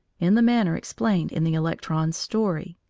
in the manner explained in the electron's story.